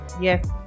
yes